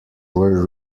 were